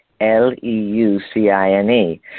L-E-U-C-I-N-E